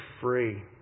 free